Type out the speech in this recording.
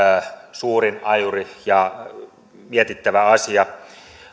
suurin ajuri ja mietittävä asia